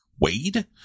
Wade